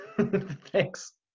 Thanks